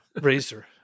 Razor